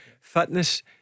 fitness